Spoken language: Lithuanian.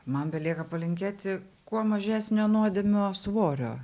man belieka palinkėti kuo mažesnio nuodėmių svorio